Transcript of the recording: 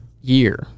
year